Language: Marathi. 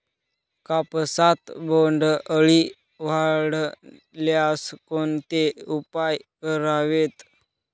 कापसात बोंडअळी आढळल्यास कोणते उपाय करावेत?